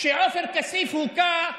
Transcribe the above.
כשעופר כסיף הוכה,